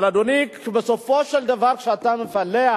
אבל, אדוני, בסופו של דבר, כשאתה מפלח